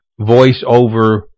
voiceover